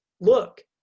look